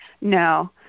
No